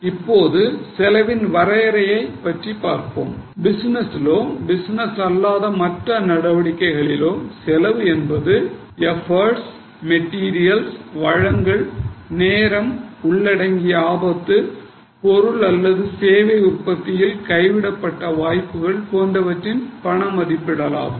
இப்போது செலவின் வரையறையைப் பற்றி பார்ப்போம் பிசினசிலோ பிசினஸ் அல்லாத மற்ற நடவடிக்கைகளிலோ செலவு என்பது எபோட்ஸ் மெட்டீரியல்ஸ் வழங்கல் நேரம் உள்ளடங்கிய ஆபத்து பொருள் அல்லது சேவை உற்பத்தியில் கைவிடப்பட்ட வாய்ப்புகள் போன்றவற்றின் பண மதிப்பிடலாகும்